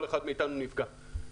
כל אחד מאיתנו נפגע.